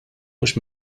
mhux